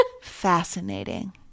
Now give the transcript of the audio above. Fascinating